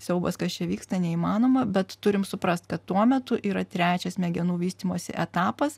siaubas kas čia vyksta neįmanoma bet turim suprast kad tuo metu yra trečias smegenų vystymosi etapas